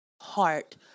heart